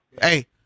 Hey